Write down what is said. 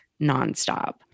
nonstop